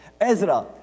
Ezra